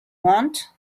want